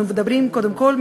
אנחנו מדברים קודם כול,